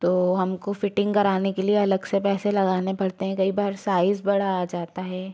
तो हमको फिटिंग कराने के लिए अलग से पैसे लगाने पड़ते हैं कई बार साइज बड़ा आ जाता है